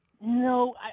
No